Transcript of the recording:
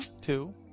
Two